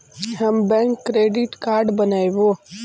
हम bank credit card बनैवो?